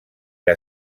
que